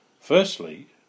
Firstly